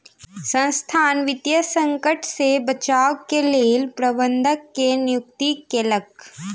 संसथान वित्तीय संकट से बचाव के लेल प्रबंधक के नियुक्ति केलक